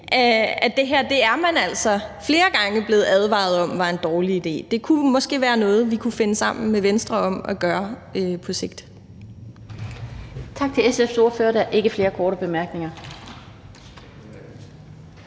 for det her er man altså flere gange blevet advaret om var en dårlig idé. Det kunne måske være noget, vi kunne finde sammen med Venstre om at gøre på sigt. Kl. 11:54 Den fg. formand (Annette Lind): Tak til SF's ordfører. Der er ikke flere korte bemærkninger.